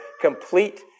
Complete